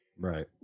Right